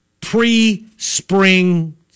pre-spring